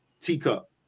teacup